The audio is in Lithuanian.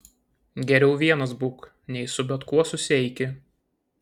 geriau vienas būk nei su bet kuo susieiki